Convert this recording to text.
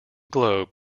globe